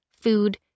food